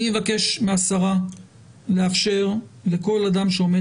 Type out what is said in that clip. אבקש משרת הפנים לאפשר לכל אדם שעומד